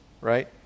right